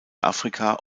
afrika